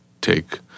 take